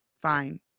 fine